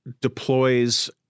deploys